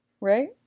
right